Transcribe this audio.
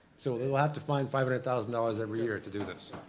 so we'll have to find five hundred thousand dollars every year to do this.